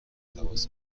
تماس